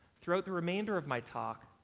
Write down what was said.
throughout the remainder of my talk,